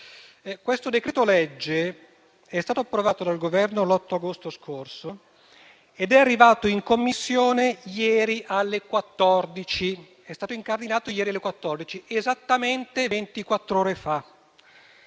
Questo decreto-legge è stato approvato dal Governo l'8 agosto scorso ed è arrivato in Commissione ieri alle 14, quando è stato incardinato; esattamente ventiquattro ore fa.